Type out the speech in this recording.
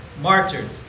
martyred